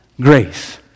grace